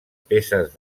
peces